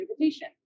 invitation